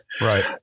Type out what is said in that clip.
Right